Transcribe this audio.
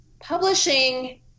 publishing